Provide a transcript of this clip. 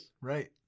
right